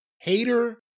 Hater